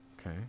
Okay